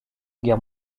guerre